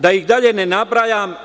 Da ih dalje ne nabrajam.